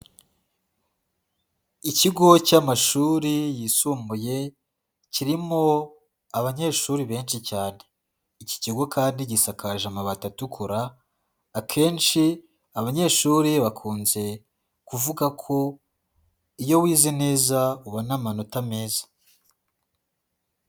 Ikigo cy'amashuri yisumbuye, kirimo abanyeshuri benshi cyane. Iki kigo kandi gisakaje amabati atukura, akenshi abanyeshuri bakunze kuvuga ko iyo wize neza ubona amanota meza.